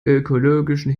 ökologischen